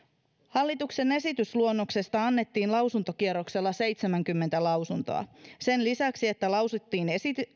hallituksen esitysluonnoksesta annettiin lausuntokierroksella seitsemänkymmentä lausuntoa sen lisäksi että lausuttiin